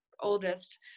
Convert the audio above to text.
oldest